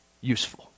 useful